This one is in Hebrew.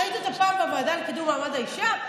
ראית אותה פעם בוועדה לקידום מעמד האישה?